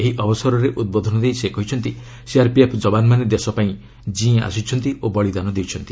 ଏହି ଅବସରରେ ଉଦ୍ବୋଧନ ଦେଇ ସେ କହିଛନ୍ତି ସିଆର୍ପିଏଫ୍ ଯବାନମାନେ ଦେଶପାଇଁ ଜିଇଁ ଆସିଛନ୍ତି ଓ ବଳୀଦାନ ଦେଇଛନ୍ତି